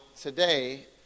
today